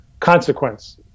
consequence